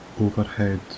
overhead